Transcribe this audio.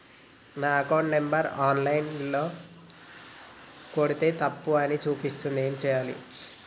నా account number online ల కొడ్తే తప్పు అని చూపిస్తాంది ఏం చేయాలి?